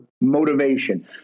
motivation